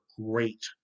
great